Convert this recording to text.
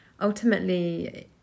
Ultimately